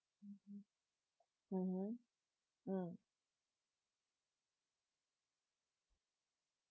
mmhmm mm